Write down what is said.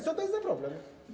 Co to jest za problem?